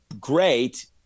great